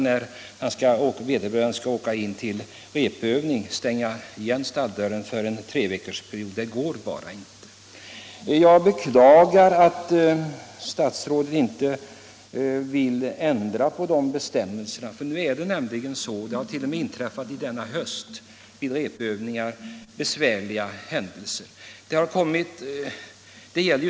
Det går bara inte att stänga igen stalldörren för tre veckor när vederbörande skall åka in till repövning. Jag beklagar att statsrådet inte vill ändra på bestämmelserna. Senast denna höst har det inträffat besvärliga händelser vid repövningar.